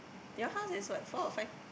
your house is what four or five